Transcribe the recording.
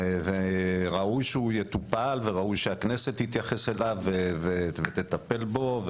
וראוי שהוא יטופל וראוי שהכנסת תתייחס אליו ותטפל פה,